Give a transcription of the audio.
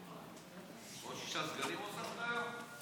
היושב-ראש, עוד שישה סגנים הוספת היום?